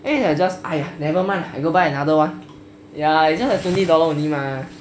then it's like just !aiya! nevermind lah I go buy another one ya it's just like twenty dollar only mah